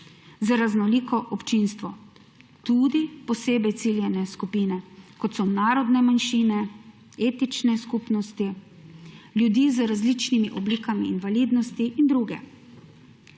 za raznoliko občinstvo, tudi posebej ciljane skupine, kot so narodne manjšine, etične skupnosti, ljudi z različnimi obliki invalidnosti in druge,